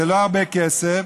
זה לא הרבה כסף,